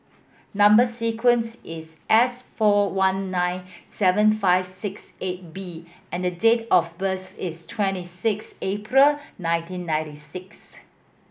number sequence is S four one nine seven five six eight B and the date of birth is twenty six April nineteen ninety six